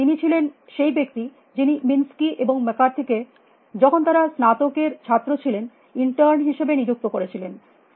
তিনি ছিলেন সেই ব্যক্তি যিনি মিনসকি এবং ম্যাককার্থে কে যখন তারা স্নাতক এর ছাত্র ছিলেন ইন্টার্ন হিসাবে নিযুক্ত করেছিলেন